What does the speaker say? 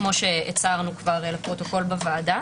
כפי שהצהרנו לפרוטוקול בוועדה.